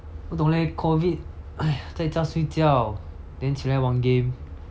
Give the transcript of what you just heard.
不懂 leh COVID !aiya! 在家睡觉 then 起来玩 game